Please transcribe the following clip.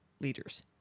leaders